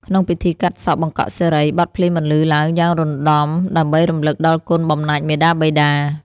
ក្នុងពិធីកាត់សក់បង្កក់សិរី បទភ្លេងបន្លឺឡើងយ៉ាងរណ្ដំដើម្បីរំលឹកដល់គុណបំណាច់មាតាបិតា។